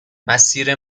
مسیر